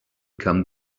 come